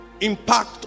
impact